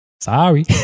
Sorry